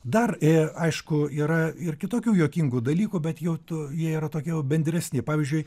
dar ė aišku yra ir kitokių juokingų dalykų bet jau tu jie yra tokie jau bendresni pavyzdžiui